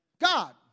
God